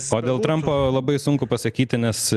o dėl trampo labai sunku pasakyti nes